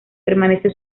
permaneció